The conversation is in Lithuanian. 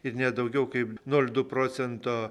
ir ne daugiau kaip nol du procento